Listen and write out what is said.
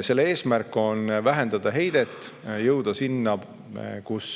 Selle eesmärk on vähendada heidet, jõuda sinna, kus